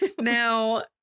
Now